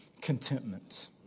contentment